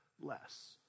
less